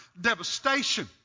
devastation